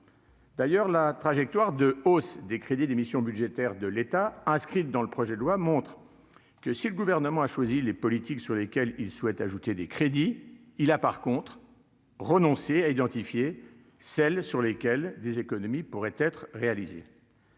D'ailleurs, la trajectoire de hausse des crédits des missions budgétaires de l'État, inscrite dans le projet de loi montre que si le gouvernement a choisi les politiques sur lesquels ils souhaitent ajouter des crédits, il a par contre. Renoncer à identifier celles sur lesquelles des économies pourraient être réalisées.